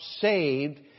saved